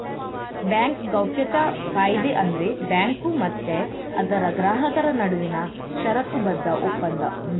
bank ಗೌಪ್ಯತಾ ಕಾಯಿದೆ ಅಂದ್ರೆ ಬ್ಯಾಂಕು ಮತ್ತೆ ಅದರ ಗ್ರಾಹಕರ ನಡುವಿನ ಷರತ್ತುಬದ್ಧ ಒಪ್ಪಂದ